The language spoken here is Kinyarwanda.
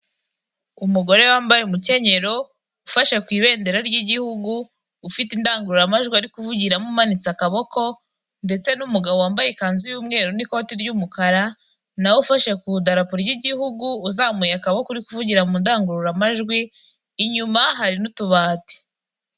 umugore wambaye umukenyero ufashe ku ibendera ry'igihugu ufite indangururamajwi ari kuvugiramo umanitse akaboko ndetse n'umugabo wambaye ikanzu y'umweru n'ikoti ry'umukara nawe ufashe ku idarapo ry'igihugu uzamuye akaboko uri kuvugira mu ndangururamajwi inyuma hari n'utubati